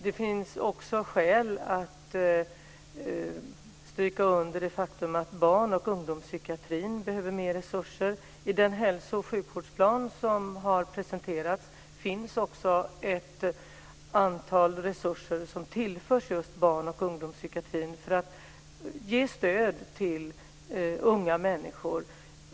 Det finns också skäl att stryka under det faktum att barn och ungdomspsykiatrin behöver mer resurser. I den hälso och sjukvårdsplan som har presenterats finns också ett antal resurser som tillförs barnoch ungdomspsykiatrin för att ge stöd till unga människor.